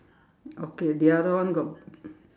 okay the other one got